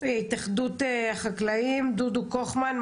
התאחדות החקלאים, דודו קוכמן,